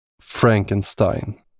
Frankenstein